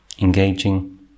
engaging